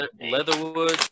Leatherwood